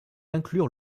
inclure